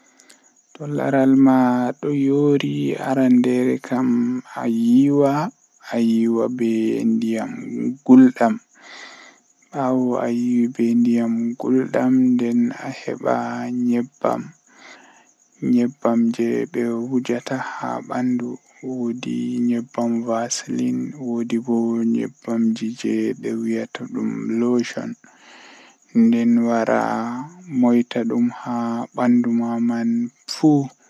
Ɗidi, Nay, Jweego, Jweedidi, Jweetati, Jweenay, Sappo, Sappo e joye, Sappo e jweedidi, Noogas.